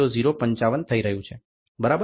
00055 થઈ રહ્યું છે બરાબર